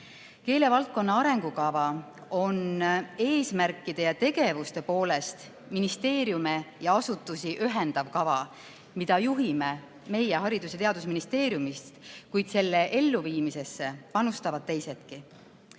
Keelevaldkonna arengukava on eesmärkide ja tegevuste poolest ministeeriume ja asutusi ühendav kava, mida juhime meie Haridus- ja Teadusministeeriumist, kuid selle elluviimisesse panustavad teisedki.